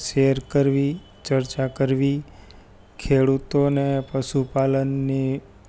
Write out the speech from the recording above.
share કરવી ચર્ચા કરવી ખેડુતોને પશુપાલનની